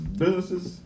businesses